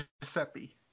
Giuseppe